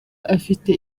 afite